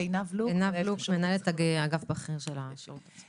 אני מנהלת אגף של השירות הפסיכולוגי הייעוצי.